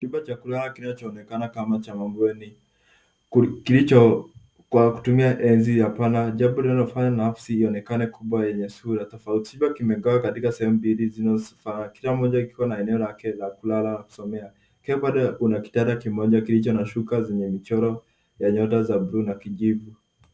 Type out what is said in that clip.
Chumba cha kulala kinachoonekana kama cha mambweni ku- kilicho kwa kutumia enzi ya pana jambo linalofanya nafsi ionekane kubwa yenye sura tofauti. Chumba kimegawa katika sehemu mbili zinazofanana. Kila moja kiko na eneo lake la kulala na kusomea. Kila pande una kitanda kimoja kilicho na shuka zenye michoro ya nyota za bluu na kijivu.